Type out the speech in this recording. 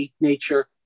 nature